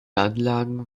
anlagen